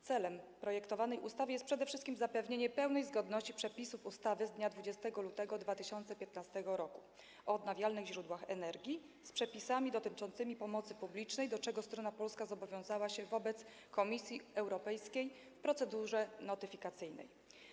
Celem projektowanej ustawy jest przede wszystkim zapewnienie pełnej zgodności przepisów ustawy z dnia 20 lutego 2015 r. o odnawialnych źródłach energii z przepisami dotyczącymi pomocy publicznej, do czego strona polska zobowiązała się wobec Komisji Europejskiej w procedurze notyfikacyjnej.